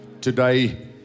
Today